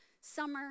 summer